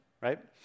right